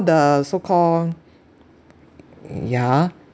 the so call mm ya